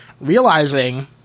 realizing